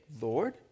Lord